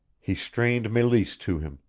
he strained meleese to him,